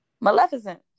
Maleficent